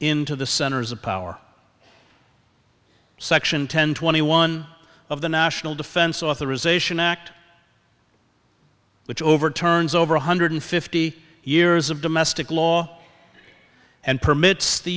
into the centers of power section ten twenty one of the national defense authorization act which overturns over one hundred fifty years of domestic law and permits the